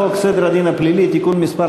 חוק סדר הדין הפלילי (תיקון מס'